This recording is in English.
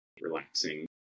relaxing